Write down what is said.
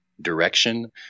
direction